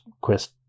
quest